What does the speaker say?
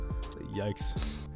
yikes